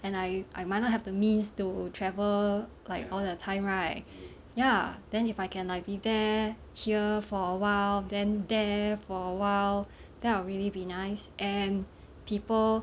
and I I might not have the means to travel like all the time right ya then if I can be there here for awhile then there for awhile that will really be nice and people